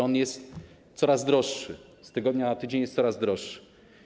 On jest coraz droższy, z tygodnia na tydzień jest coraz droższy.